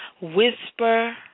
Whisper